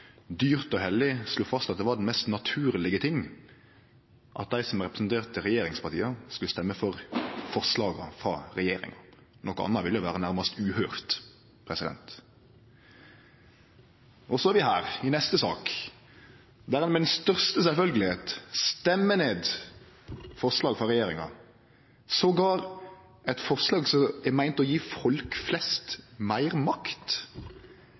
dyrt og heilag slo fast at det var den mest naturlege ting at dei som representerte regjeringspartia, skulle stemme for forslaga frå regjeringa. Noko anna ville vere nærast uhøyrt. Så er vi her, i neste sak, der ein med den største sjølvfølgje stemmer ned forslag frå regjeringa, jamvel eit forslag som er meint å gje folk flest meir makt.